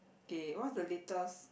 K what's the latest